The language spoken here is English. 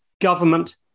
government